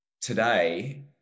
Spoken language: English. today